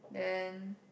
then